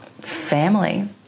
family